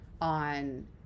on